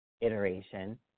iteration